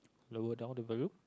lower down the volume